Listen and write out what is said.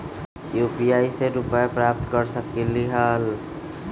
UPI से रुपए प्राप्त कर सकलीहल?